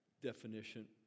definition